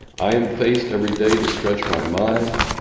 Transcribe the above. i am faced every day to stretch my mind.